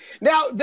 Now